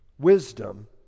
Wisdom